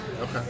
Okay